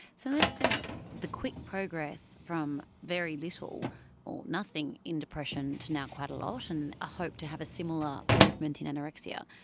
so in that sense the quick progress from very little or nothing in depression to now quite a lot and a hope to have a similar movement in anorexia,